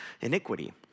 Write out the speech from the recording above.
iniquity